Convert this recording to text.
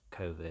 COVID